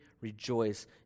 rejoice